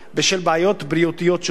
בשל בעיות בריאותיות שונות.